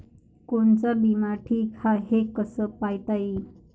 कोनचा बिमा ठीक हाय, हे कस पायता येईन?